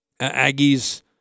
Aggies –